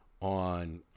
on